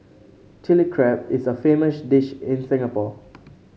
Chilli Crab is a famous dish in Singapore